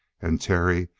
and terry,